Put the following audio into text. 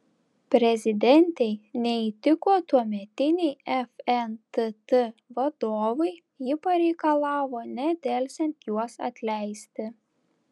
prezidentei neįtiko tuometiniai fntt vadovai ji pareikalavo nedelsiant juos atleisti